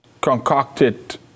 concocted